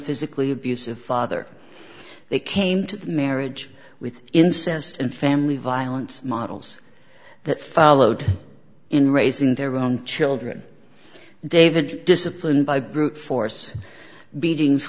physically abusive father they came to the marriage with incest and family violence models that followed in raising their own children david discipline by brute force beatings